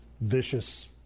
vicious